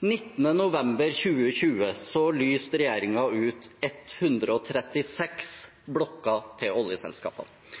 Den 19. november 2020 lyste regjeringen ut 136 blokker til oljeselskapene.